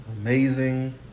amazing